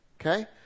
Okay